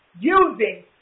using